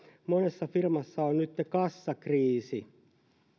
monessa firmassa on nytten kassakriisi